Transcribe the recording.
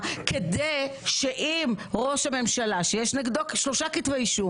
כדי שאם ראש הממשלה שיש נגדו שלושה כתבי אישום,